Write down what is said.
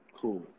Cool